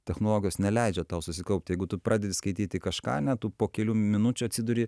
technologijos neleidžia tau susikaupt jeigu tu pradedi skaityti kažką ane tu po kelių minučių atsiduri